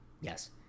Yes